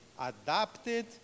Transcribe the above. adapted